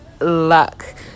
luck